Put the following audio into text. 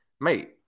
mate